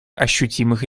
ощутимых